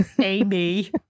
Amy